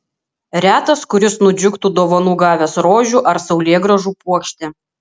retas kuris nudžiugtų dovanų gavęs rožių ar saulėgrąžų puokštę